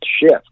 shift